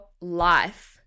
life